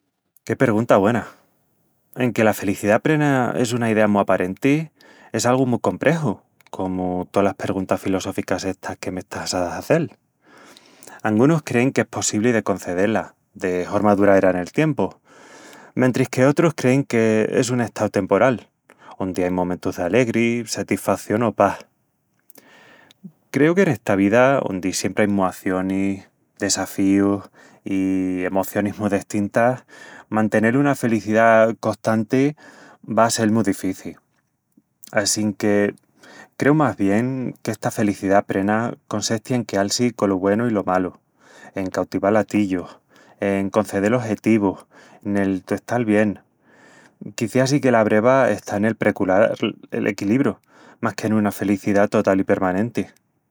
Qué pergunta güena.. Enque la felicidá prena es una idea mu aparenti, es algu mu comprexu, comu tolas perguntas filosóficas estas que m'estás a hazel... Angunus crein qu'es possibli de concedé-la de horma duraera nel tiempu, mentris que otrus crein que es un estau temporal, ondi ain momentus d'alegri, satisfación o pas. Creu que n'esta vida, ondi siempri ain muacionis, desafíus i emocionis mu destintas, mantenel una felicidá costanti va a sel mu difici. Assinque creu más bien qu'esta felicidá prena consesti en queal-si colo güenu i lo malu, en cautival atillus, en concedel ojetivus, nel tu estal bien... Quiciás i que la breva está nel precural el equilibru, más que en una felicidá total i permanenti.